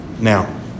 Now